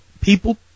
people